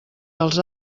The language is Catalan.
dels